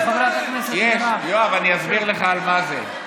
חברת הכנסת מירב, יואב, אני אסביר לך על מה זה.